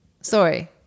Sorry